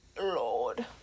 lord